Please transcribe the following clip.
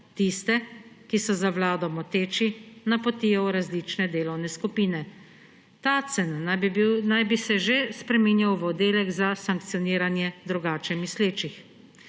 Tiste, ki so za vlado moteči, napotijo v različne delovne skupine. Tacen naj bi se že spreminjal v oddelek za sankcioniranje drugače mislečih.